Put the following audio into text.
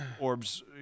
orbs